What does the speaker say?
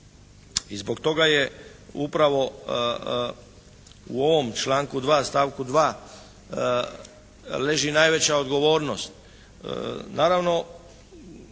i zbog toga je upravo u ovom članku 2. stavku 2. leži najveća odgovornost.